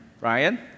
Ryan